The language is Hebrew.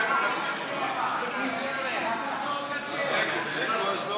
לא